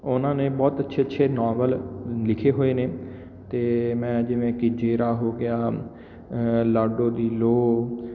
ਉਹਨਾਂ ਨੇ ਬਹੁਤ ਅੱਛੇ ਅੱਛੇ ਨਾਵਲ ਲਿਖੇ ਹੋਏ ਨੇ ਅਤੇ ਮੈਂ ਜਿਵੇਂ ਕਿ ਜੇਰਾ ਹੋ ਗਿਆ ਲਾਡੋ ਦੀ ਲੋਅ